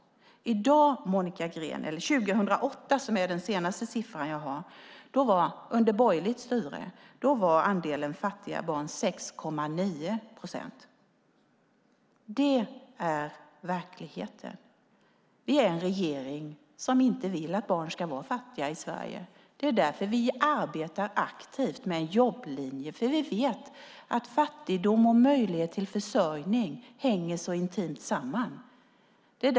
Den senaste siffran jag har, Monica Green, är från år 2008. Då, under borgerligt styre, var andelen fattiga barn 6,9 procent. Det är verkligheten! Vi är en regering som inte vill att barn i Sverige ska vara fattiga. Därför arbetar vi aktivt med jobblinjen. Vi vet att fattigdom och möjlighet till försörjning så intimt hänger samman.